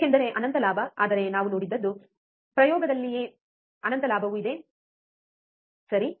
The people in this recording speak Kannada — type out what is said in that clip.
ಏಕೆಂದರೆ ಅನಂತ ಲಾಭ ಆದರೆ ನಾವು ನೋಡಿದದ್ದು ಪ್ರಯೋಗದಲ್ಲಿಯೇ ಅನಂತ ಲಾಭವೂ ಇದೆ ಸರಿ